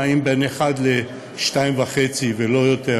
נעים בין 1% ל-2.5% ולא יותר,